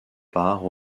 part